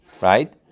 right